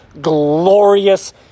glorious